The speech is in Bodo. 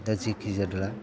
दा जिखि जादोला